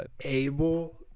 able